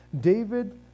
David